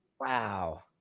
Wow